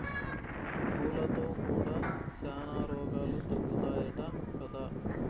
పూలతో కూడా శానా రోగాలు తగ్గుతాయట కదా